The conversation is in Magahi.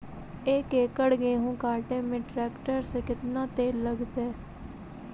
एक एकड़ गेहूं काटे में टरेकटर से केतना तेल लगतइ?